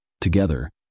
Together